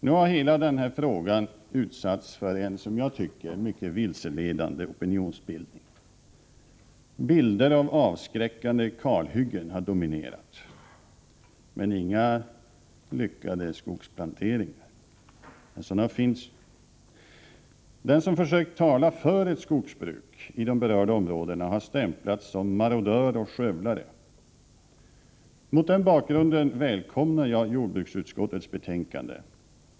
Nu har hela den här frågan utsatts för en som jag tycker mycket vilseledande opinionsbildning. Bilder av avskräckande kalhyggen har dominerat, men inga lyckade skogsplanteringar. Sådana finns faktiskt. Den som har försökt tala för ett skogsbruk i de berörda områdena har stämplats som marodör och skövlare. Mot den bakgrunden välkomnar jag jordbruksutskottets betänkande.